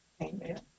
Amen